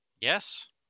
Yes